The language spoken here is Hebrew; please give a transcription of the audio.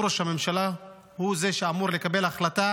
הוא ראש הממשלה, הוא זה שאמור לקבל החלטה